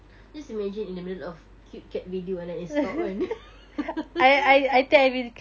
just imagine in the middle of cute cat video and then it stop kan